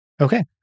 Okay